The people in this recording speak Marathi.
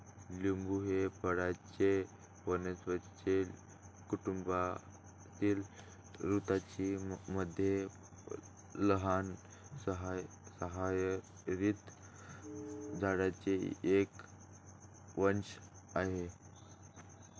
लिंबू हे फुलांच्या वनस्पती कुटुंबातील रुतासी मधील लहान सदाहरित झाडांचे एक वंश आहे